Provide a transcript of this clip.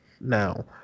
Now